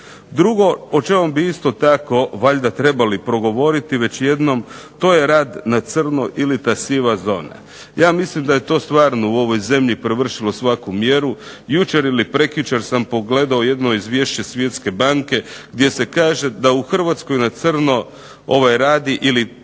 Drugo o čemu bi isto valjda trebali progovoriti jednom to je rad na crno ili ta siva zona. Ja mislim da je to stvarno u ovoj zemlji prevršilo svaku mjeru. Jučer ili prekjučer sam pogledao jedno izvješće Svjetske banke gdje se kaže da u Hrvatskoj na crno radi ili